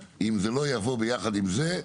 אם זה לא יבוא ביחד עם זה.